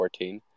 2014